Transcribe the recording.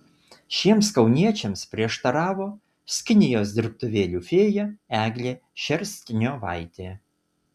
šiems kauniečiams prieštaravo skinijos dirbtuvėlių fėja eglė šerstniovaitė